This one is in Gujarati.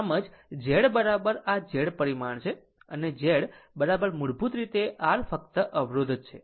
આમ આમ જ Z આ Z પરિમાણ છે અને Z મૂળભૂત રીતે R ફક્ત અવરોધ છે